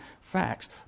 facts